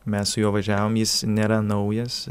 mes su juo važiavom jis nėra naujas